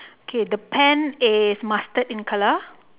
okay the pen is mustard in color